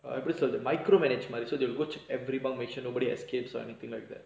ah எப்படி சொல்றது:eppadi solrathu the micro management so they watch everyone make sure nobody escapes or anything like that